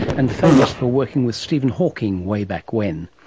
and famous for working with stephen hawking way back when.